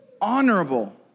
honorable